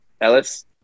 Ellis